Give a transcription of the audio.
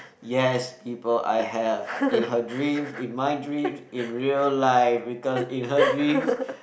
yes people I have in her dreams in my dreams in real life because in her dreams